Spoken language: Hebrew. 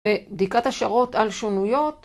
בדיקת השערות על שונויות.